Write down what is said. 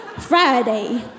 Friday